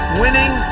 winning